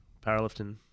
powerlifting